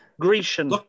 Grecian